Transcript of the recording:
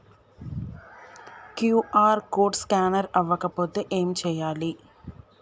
QR code scanner అవ్వకపోతే ఏం చేయాలి?